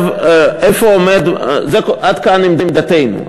עד כאן עמדתנו.